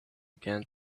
began